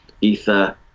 ether